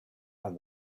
and